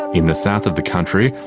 in the south of the country,